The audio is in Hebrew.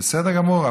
בסדר גמור,